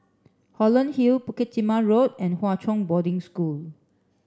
Holland Hill Bukit Timah Road and Hwa Chong Boarding School